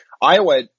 Iowa